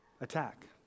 attack